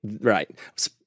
Right